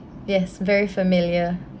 yes very familiar